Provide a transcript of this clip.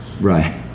Right